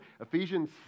Ephesians